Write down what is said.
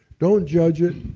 don't judge it,